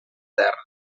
terra